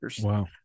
Wow